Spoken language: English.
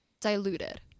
diluted